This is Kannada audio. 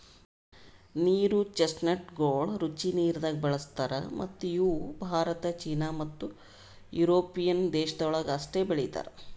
ನೀರು ಚೆಸ್ಟ್ನಟಗೊಳ್ ರುಚಿ ನೀರದಾಗ್ ಬೆಳುಸ್ತಾರ್ ಮತ್ತ ಇವು ಭಾರತ, ಚೀನಾ ಮತ್ತ್ ಯುರೋಪಿಯನ್ ದೇಶಗೊಳ್ದಾಗ್ ಅಷ್ಟೆ ಬೆಳೀತಾರ್